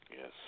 Yes